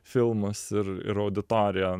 filmus ir ir auditoriją